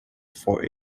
for